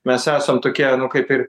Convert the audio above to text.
mes esam tokie nu kaip ir